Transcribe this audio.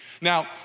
Now